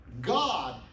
God